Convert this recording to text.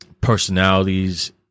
personalities